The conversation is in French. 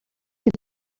est